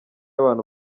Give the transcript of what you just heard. abantu